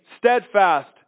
steadfast